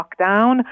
lockdown